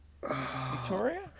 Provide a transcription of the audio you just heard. Victoria